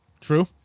True